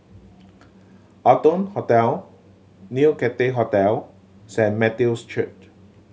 Arton Hotel New Cathay Hotel Saint Matthew's Church